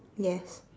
yes